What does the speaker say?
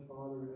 Father